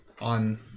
on